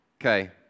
Okay